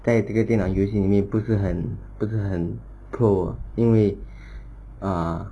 在这个电脑游戏里面不是很不是很 pro 因为 ah